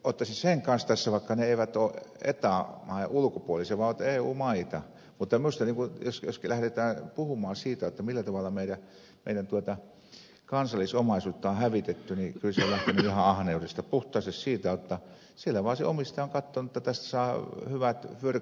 ottaisin sen kanssa tässä esille vaikka ne eivät ole eta maiden ulkopuolisia vaan ovat eu maita mutta minusta jos lähdetään puhumaan siitä millä tavalla meidän kansallisomaisuutta on hävitetty kyllä se on lähtenyt ihan ahneudesta puhtaasti siitä jotta siellä vaan se omistaja on katsonut että tästä saa hyvät fyrkat